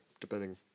depending